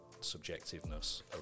subjectiveness